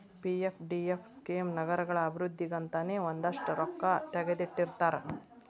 PFDF scheme ನಗರಗಳ ಅಭಿವೃದ್ಧಿಗಂತನೇ ಒಂದಷ್ಟ್ ರೊಕ್ಕಾ ತೆಗದಿಟ್ಟಿರ್ತಾರ